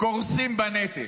קורסים מהנטל.